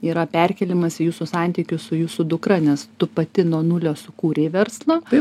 yra perkėlimas į jūsų santykius su jūsų dukra nes tu pati nuo nulio sukūrei verslą